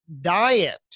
diet